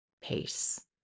pace